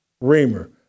Reamer